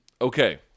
Okay